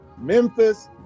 Memphis